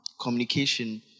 communication